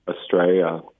Australia